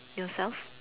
yourself